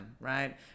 right